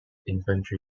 infantry